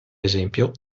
esempio